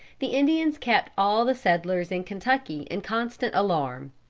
the indians kept all the settlers in kentucky in constant alarm.